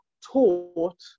taught